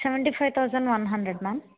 seventy five thousand one hundred ma'am